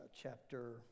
chapter